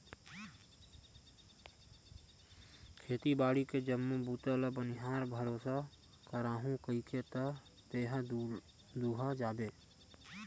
खेती बाड़ी के जम्मो बूता ल बनिहार भरोसा कराहूँ कहिके त तेहा दूहा जाबे